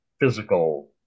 physical